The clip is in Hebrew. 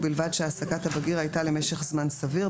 ובלבד שהעסקת הבגיר הייתה למשך זמן סביר,